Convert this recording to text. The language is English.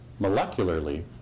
molecularly